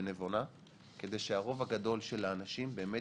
ונבונה כדי שהרוב הגדול של האנשים באמת